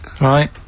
Right